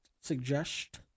Suggest